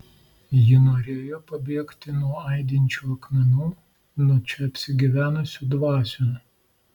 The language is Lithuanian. ji norėjo pabėgti nuo aidinčių akmenų nuo čia apsigyvenusių dvasių